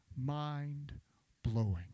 mind-blowing